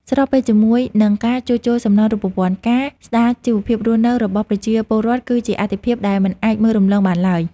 ស្របពេលជាមួយនឹងការជួសជុលសំណង់រូបវន្ត ការស្តារជីវភាពរស់នៅរបស់ប្រជាពលរដ្ឋគឺជាអាទិភាពដែលមិនអាចមើលរំលងបានឡើយ។